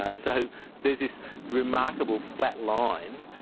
ah so there is this remarkable flat line